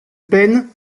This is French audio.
peine